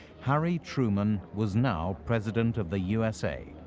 harry truman was now president of the usa.